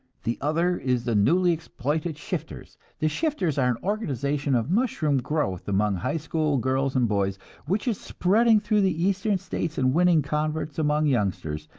the other is the newly exploited shifters. the shifters are an organization of mushroom growth among high school girls and boys which is spreading through the eastern states and winning converts among youngsters.